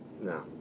no